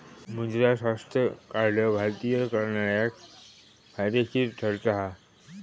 मृदा स्वास्थ्य कार्ड भारतीय करणाऱ्याक फायदेशीर ठरता हा